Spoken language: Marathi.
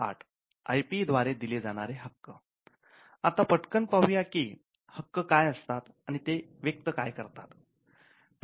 आता पटकन पाहूया की हक्क काय असतात आणि ते व्यक्त काय करतात